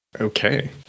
Okay